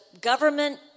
government